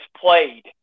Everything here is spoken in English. played